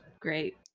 great